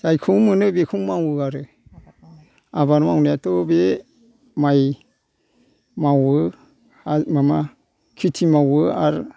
जायखौ मोनो बेखौनो मावो आरो आबाद मावनायाथ' बे माइ मावो हा माबा खेथि मावो आरो